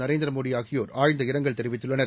நரேந்திர மோடி ஆகியோர் ஆழ்ந்த இரங்கல் தெரிவித்துள்ளார்